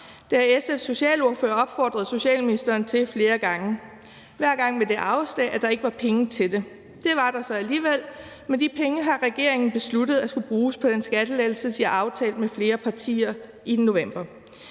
har SF's socialordfører opfordret socialministeren til at gøre flere gange og har hver gang fået afslag med den begrundelse, at der ikke var penge til det. Det var der så alligevel, men de penge har regeringen besluttet skulle bruges på den skattelettelse, de har aftalt med flere partier i november.